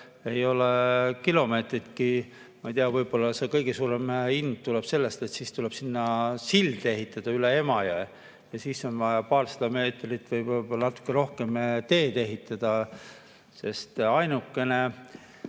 ei ole kilomeetritki. Ma ei tea, võib-olla see kõige suurem hind tuleb sellest, et tuleb ehitada sild üle Emajõe ja siis on vaja paarsada meetrit või võib-olla natuke rohkem teed ehitada. Ainukene